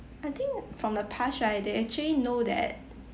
I think from the past right they actually know that